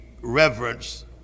reverence